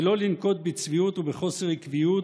ולא לנקוט צביעות וחוסר עקביות